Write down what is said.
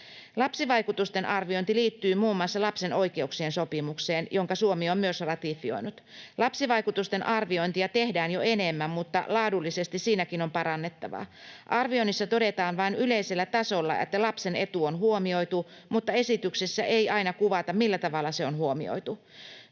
Lapsivaikutusten arviointi liittyy muun muassa lapsen oikeuksien sopimukseen, jonka Suomi on myös ratifioinut. Lapsivaikutusten arviointia tehdään jo enemmän, mutta laadullisesti siinäkin on parannettavaa. Arvioinnissa todetaan vain yleisellä tasolla, että lapsen etu on huomioitu, mutta esityksessä ei aina kuvata, millä tavalla se on huomioitu.